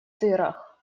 дырах